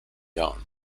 john